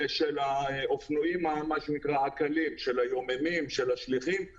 וברור לנו שככל שנהיה ממוקמים במקומות האלה אנחנו